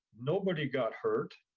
nobody got hurt,